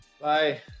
Bye